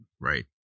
right